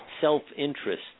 self-interest